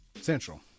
Central